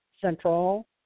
Central